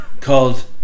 called